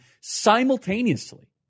simultaneously